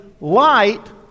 light